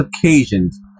occasions